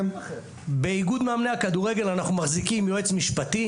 באיגוד מאמני הכדורגל אנחנו מחזיקים יועץ משפטי,